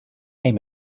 aim